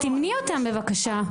אז תמני אותם בבקשה,